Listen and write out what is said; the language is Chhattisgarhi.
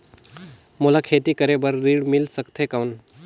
मोला खेती करे बार ऋण मिल सकथे कौन?